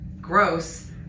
gross